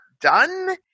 done